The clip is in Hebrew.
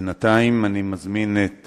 בינתיים, אני מזמין את